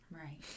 Right